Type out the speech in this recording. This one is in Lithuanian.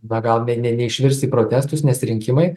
be gal neišvirs į protestus nes rinkimai